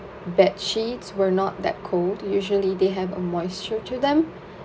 bed sheets were not that cold usually they have a moisture to them